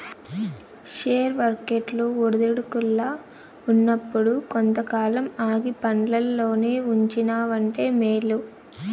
share వర్కెట్లు ఒడిదుడుకుల్ల ఉన్నప్పుడు కొంతకాలం ఆగి పండ్లల్లోనే ఉంచినావంటే మేలు